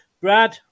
Brad